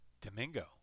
Domingo